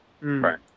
Right